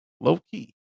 low-key